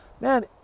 man